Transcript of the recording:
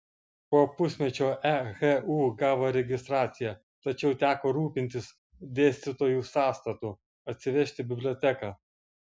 po pusmečio ehu gavo registraciją tačiau teko rūpintis dėstytojų sąstatu atsivežti biblioteką